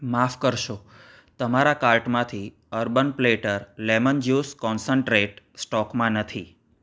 માફ કરશો તમારા કાર્ટમાંથી Urban Platter lemon juice concentrate સ્ટોકમાં નથી